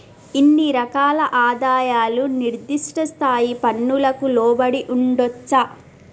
ఇన్ని రకాల ఆదాయాలు నిర్దిష్ట స్థాయి పన్నులకు లోబడి ఉండొచ్చా